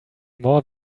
more